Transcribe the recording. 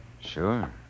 Sure